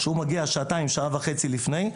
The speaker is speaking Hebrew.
כשהוא מגיע שעה וחצי או שעתיים לפני.